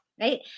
right